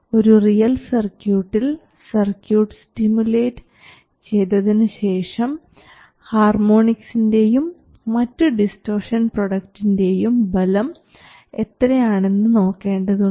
ഒരു റിയൽ സർക്യൂട്ടിൽ circuit stimulate ചെയ്തതിനുശേഷം ഹാർമോണിക്സിൻറെയും മറ്റ് ഡിസ്റ്റോഷൻ പ്രൊഡക്റ്റിൻറെയും ബലം എത്രയാണെന്ന് നോക്കേണ്ടതുണ്ട്